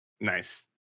nice